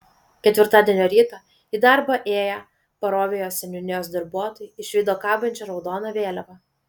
ketvirtadienio rytą į darbą ėję parovėjos seniūnijos darbuotojai išvydo kabančią raudoną vėliavą